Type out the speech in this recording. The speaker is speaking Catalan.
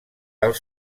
als